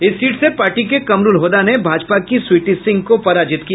इस सीट से पार्टी के कमरूल होदा ने भाजपा की स्वीटी सिंह को पराजित किया